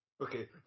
Okay